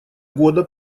года